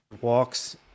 walks